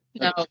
No